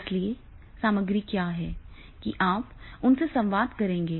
इसलिए इसलिए सामग्री क्या है कि आप उनसे संवाद करेंगे